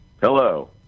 Hello